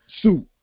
suit